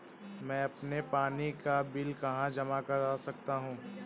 मैं अपने पानी का बिल कहाँ जमा कर सकता हूँ?